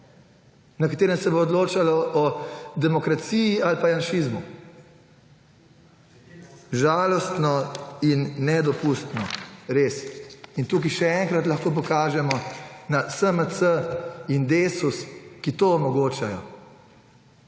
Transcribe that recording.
na katerem se bo odločalo o demokraciji ali pa janšizmu. Žalostno in nedopustno, res. In tu še enkrat lahko pokažemo na SMC in Desus, ki to omogočata.